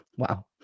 Wow